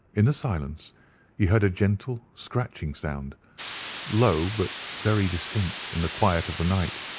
in the silence he heard a gentle scratching soundaeur low, but very distinct in the quiet of the night.